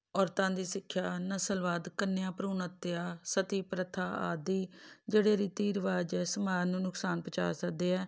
ਔਰਤਾਂ ਦੀ ਸਿੱਖਿਆ ਨਸਲਵਾਦ ਕੰਨਿਆ ਭਰੂਣ ਹੱਤਿਆ ਸਤੀ ਪ੍ਰਥਾ ਆਦਿ ਜਿਹੜੇ ਰੀਤੀ ਰਿਵਾਜ਼ ਸਮਾਜ ਨੂੰ ਨੁਕਸਾਨ ਪਹੁੰਚਾ ਸਕਦੇ ਆ